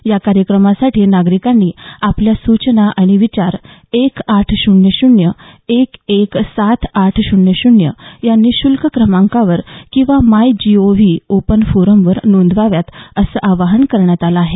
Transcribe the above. या कार्यक्रमासाठी नागरिकांनी आपल्या सूचना आणि विचार एक आठ शून्य शून्य एक एक सात आठ शून्य शून्य या निःशूल्क क्रमांकावर किंवा माय जीओव्ही ओपन फोरमवर नोंदवाव्यात असं आवाहन करण्यात आलं आहे